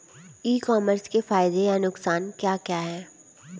ई commerce के फायदे या नुकसान क्या क्या हैं?